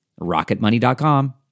rocketmoney.com